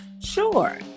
Sure